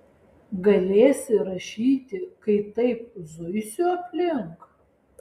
galėsi rašyti kai taip zuisiu aplink